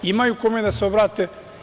Imaju kome da se obrate.